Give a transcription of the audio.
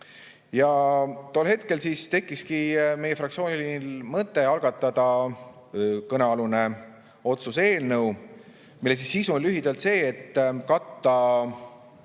Ja tol hetkel tekkiski meie fraktsioonil mõte algatada kõnealune otsuse eelnõu, mille sisu on lühidalt see, et leida